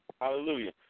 hallelujah